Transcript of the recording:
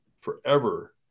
forever